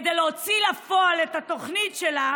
כדי להוציא לפועל את התוכנית שלה